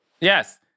Yes